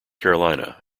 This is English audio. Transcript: carolina